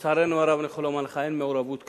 לצערנו הרב אני יכול לומר לך שאין מעורבות כלל.